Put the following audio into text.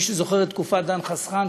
מי שזוכר את תקופת "דן חסכן",